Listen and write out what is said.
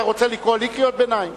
אתה רוצה לקרוא לי קריאות ביניים?